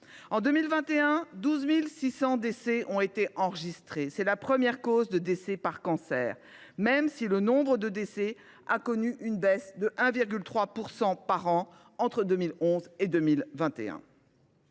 En 2021, 12 600 décès ont été enregistrés. Il s’agit de la première cause de décès par cancer, même si le nombre de décès a connu une baisse de 1,3 % par an entre 2011 et 2021.